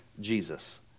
Jesus